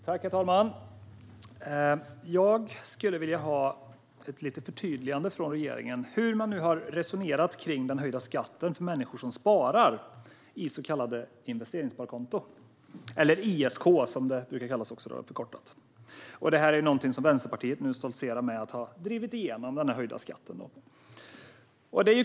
Herr talman! Jag skulle vilja ha ett litet förtydligande från regeringen om hur man har resonerat kring den höjda skatten för människor som sparar i så kallade investeringssparkonton, eller ISK som det brukar förkortas. Vänsterpartiet stoltserar nu med att ha drivit igenom den höjda skatten.